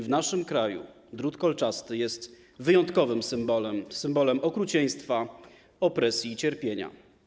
W naszym kraju drut kolczasty jest wyjątkowym symbolem, symbolem okrucieństwa, opresji i cierpienia.